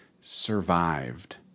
survived